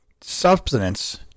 substance